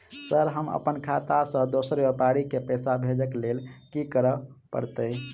Sir हम अप्पन खाता सऽ दोसर व्यापारी केँ पैसा भेजक लेल की करऽ पड़तै?